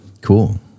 Cool